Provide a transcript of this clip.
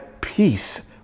peace